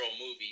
movie